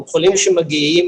הם חולים שמגיעים